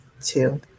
two